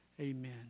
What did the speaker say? Amen